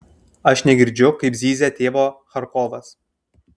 aš negirdžiu kaip zyzia tėvo charkovas